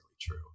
true